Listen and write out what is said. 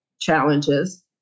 challenges